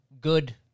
good